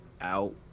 out